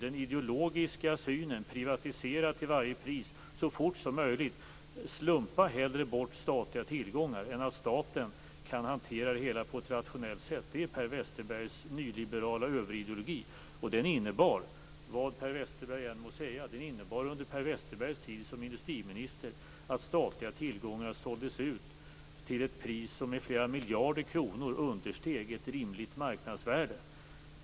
Den ideologiska synen, att till varje pris privatisera så fort som möjligt och att hellre slumpa bort statliga tillgångar än att låta staten hantera det hela på ett rationellt sätt, är Per Westerbergs nyliberala överideologi. Den innebar, vad Per Westerberg än må säga, under Per Westerbergs tid som industriminister att statliga tillgångar såldes ut till ett pris som med flera miljarder kronor understeg ett rimligt marknadsvärde.